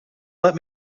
let